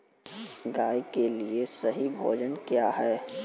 गाय के लिए सही भोजन क्या है?